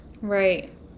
Right